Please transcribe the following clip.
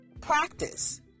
practice